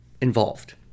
involved